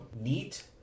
neat